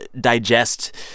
digest